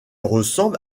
ressemble